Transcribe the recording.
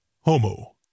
Homo